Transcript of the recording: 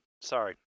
Sorry